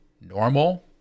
normal